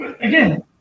Again